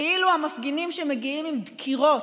כאילו המפגינים שמגיעים עם דקירות,